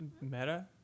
Meta